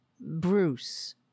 Bruce